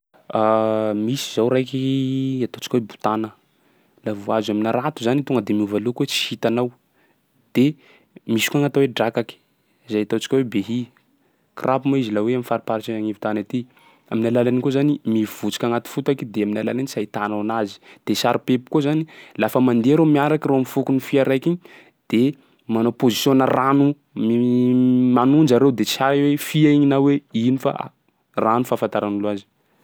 Misy zao raiky ataontsika hoe botana, laha vao azo amin'ny harato zany i tonga de miova loko hoe tsy hitanao. De misy koa gny atao hoe drakaky zay ataontsika hoe behia, crabe moa izy laha hoe am'fariparitry agn'anivon-tany aty, amin'ny alalan'igny koa zany i mivotsika agnaty fotaka i de amin'ny alalan'igny tsy ahitanao anazy. De saripepy koa zany, lafa mandeha reo miaraky reo am'fokon'ny fia araiky igny de manao position-nà rano manonja reo de tsy hay hoe fia igny na hoe ino fa rano fahafantaran'olo azy.